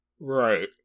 Right